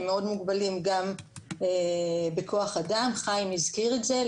הם מאוד מוגבלים גם בכוח אדם, חיים הזכיר את זה.